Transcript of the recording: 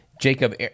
Jacob